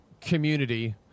community